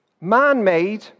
Man-made